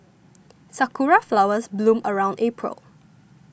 sakura flowers bloom around April